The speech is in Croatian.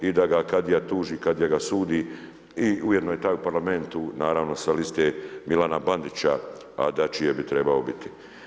I da ga kadija tuži, kadija ga sudi i ujedeno je taj u parlamentu, naravno sa liste Milana Bandića, a da čije bi trebao biti.